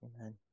Amen